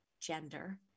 gender